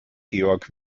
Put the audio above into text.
georg